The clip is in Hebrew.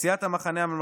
סיעת המחנה הממלכתי,